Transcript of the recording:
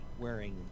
wearing